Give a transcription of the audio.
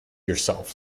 yourself